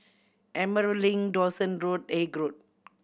Emerald Link Dawson Road and Haig Road